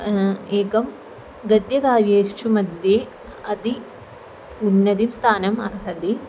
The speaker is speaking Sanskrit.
एकं गद्यकाव्येषु मध्ये अति उन्नतिं स्थानम् अर्हति